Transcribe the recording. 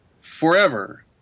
forever